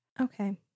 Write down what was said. Okay